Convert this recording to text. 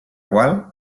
qual